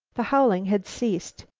the howling had ceased.